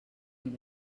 amb